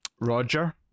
Roger